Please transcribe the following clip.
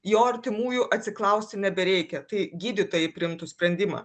jo artimųjų atsiklausti nebereikia tai gydytojai priimtų sprendimą